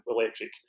electric